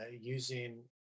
using